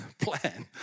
plan